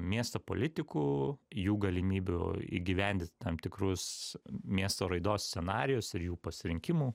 miesto politikų jų galimybių įgyvendint tam tikrus miesto raidos scenarijus ir jų pasirinkimų